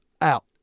out